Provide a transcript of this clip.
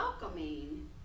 welcoming